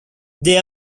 they